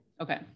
Okay